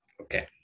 okay